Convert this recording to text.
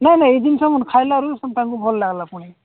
ନାଇଁ ନାଇଁ ଏ ଜିନିଷ ଖାଇଲାରୁ ତାଙ୍କୁ ଭଲ ଲାଗିଲା ପୁଣି